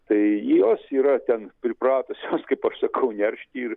tai jos yra ten pripratusios kaip aš sakau neršti ir